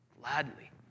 gladly